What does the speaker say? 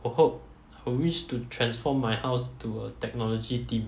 我 hope I wish to transform my house to a technology theme